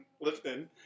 lifting